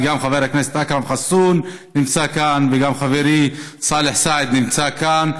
גם חבר הכנסת אכרם חסון נמצא כאן וגם חברי סאלח סעד נמצא כאן.